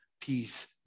peace